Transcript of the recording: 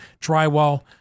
drywall